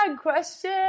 question